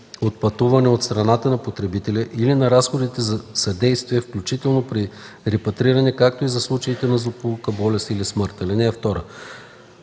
от пътуване от страна на потребителя и на разходите за съдействие, включително при репатриране, както и за случаите на злополука, болест или смърт.